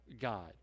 God